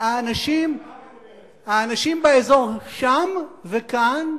האנשים באזור, שם וכאן,